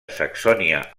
saxònia